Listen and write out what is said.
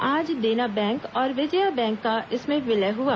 आज देना बैंक और विजया बैंक का इसमें विलय हुआ